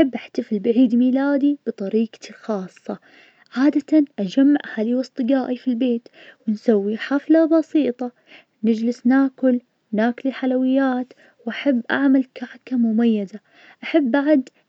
أنا اعتجد موضوع الاشباح, يختلف من شخص لشخص, في ناس يؤمنون بها, لأنهم مروا بتجارب غريبة, أو سمعوا قصص تخوف, بينما